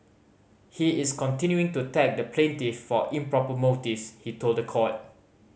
he is continuing to attack the plaintiff for improper motives he told the court